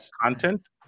content